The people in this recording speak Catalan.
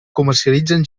comercialitzen